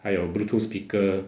还有 bluetooth speaker